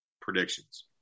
predictions